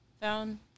found